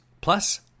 plus